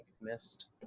missed